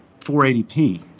480p